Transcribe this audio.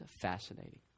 fascinating